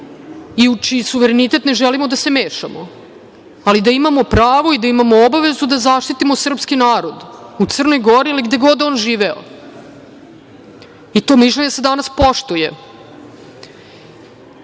i u čiji suverenitet mi ne želimo da se mešamo, ali da imamo pravo i da imamo obavezu da zaštitimo srpski narod u Crnoj Gori ili gde god on živeo. To mišljenje se danas poštuje